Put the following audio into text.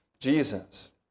Jesus